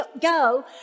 go